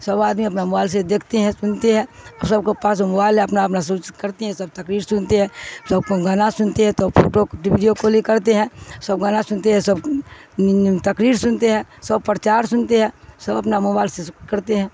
سب آدمی اپنا موبائل سے دیکھتے ہیں سنتے ہیں اور سب کے پاس موبائل ہے اپنا اپنا سوچ کرتے ہیں سب تقریر سنتے ہیں سب کو گانا سنتے ہیں توب فوٹو ویڈیو کلک کرتے ہیں سب گانا سنتے ہیں سب تقریر سنتے ہیں سب پرچار سنتے ہیں سب اپنا موبائل سے کرتے ہیں